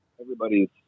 everybody's